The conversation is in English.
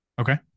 Okay